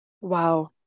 Wow